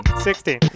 Sixteen